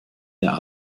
der